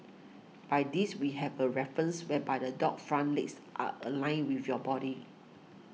by this we have a reference whereby the dog's front legs are aligned with your body